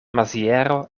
maziero